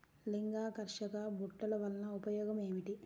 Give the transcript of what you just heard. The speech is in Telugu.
లింగాకర్షక బుట్టలు వలన ఉపయోగం ఏమిటి?